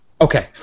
Okay